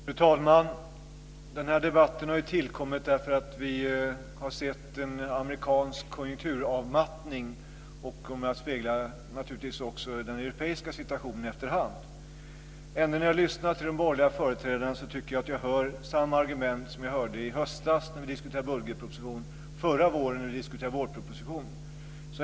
Fru talman! Den här debatten har tillkommit därför att vi har sett en amerikansk konjunkturavmattning, och den kommer naturligtvis också att speglas i den europeiska situationen efter hand. Men när jag lyssnar till de borgerliga företrädarna tycker jag att jag hör samma argument som jag hörde i höstas när vi diskuterade budgetpropositionen och förra våren när vi diskuterade vårpropositionen.